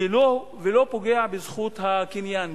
ולא בזכות הקניין,